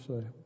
say